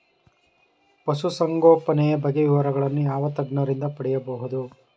ಪಶುಸಂಗೋಪನೆಯ ಬಗ್ಗೆ ವಿವರಗಳನ್ನು ಯಾವ ತಜ್ಞರಿಂದ ಪಡೆಯಬಹುದು?